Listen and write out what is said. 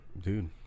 dude